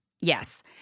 yes